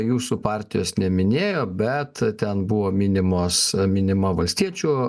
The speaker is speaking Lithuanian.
jūsų partijos neminėjo bet ten buvo minimos minima valstiečių